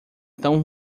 tão